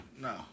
No